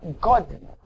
God